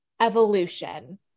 evolution